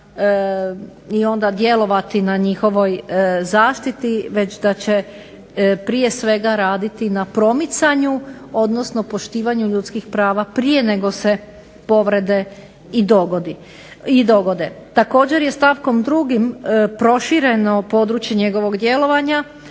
i onda djelovati na njihovoj zaštiti već da će prije svega raditi na promicanju odnosno poštivanju ljudskih prava prije nego se povrede dogode. Također je stavkom 2. prošireno njegovo područje djelovanja,